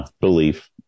belief